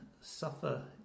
suffer